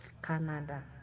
canada